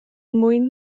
mwyn